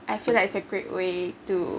I feel like it's a great way to